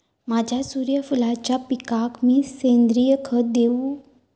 माझ्या सूर्यफुलाच्या पिकाक मी सेंद्रिय खत देवू?